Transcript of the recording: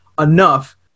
enough